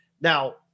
now